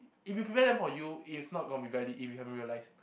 if you prevent from you it's not gonna be valid if you haven't realised